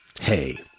Hey